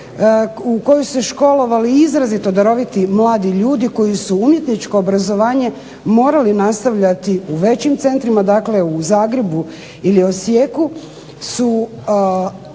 u kojoj su se školovali i izrazito daroviti mladi ljudi koji su umjetničko obrazovanje morali nastavljati u većim centrima, dakle u Zagrebu ili Osijeku su